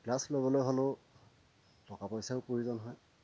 class ল'বলৈ হ'লেও টকা পইচাৰো প্ৰয়োজন হয়